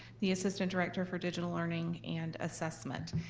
the assistant director for digital learning and assessment.